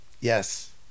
yes